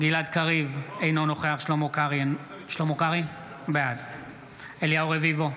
גלעד קריב, אינו נוכח שלמה קרעי, בעד אליהו רביבו,